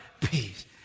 Peace